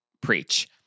Preach